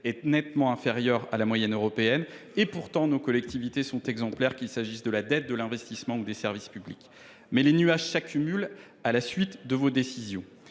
est nettement inférieure à la moyenne européenne. Pourtant, nos collectivités sont exemplaires, qu’il s’agisse de la dette, de l’investissement ou des services publics. Les nuages s’accumulent à la suite de vos décisions